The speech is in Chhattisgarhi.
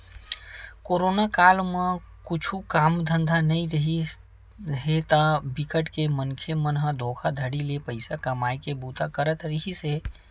कोरोना काल म कुछु काम धंधा नइ रिहिस हे ता बिकट के मनखे मन ह धोखाघड़ी ले पइसा कमाए के बूता करत रिहिस हे